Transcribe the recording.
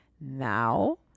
Now